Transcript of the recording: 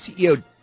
CEO